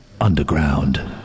Underground